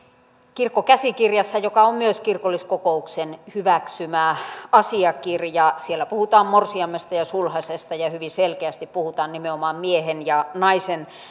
kirkkokäsikirjassa joka on myös kirkolliskokouksen hyväksymä asiakirja puhutaan morsiamesta ja sulhasesta ja hyvin selkeästi puhutaan nimenomaan miehen ja naisen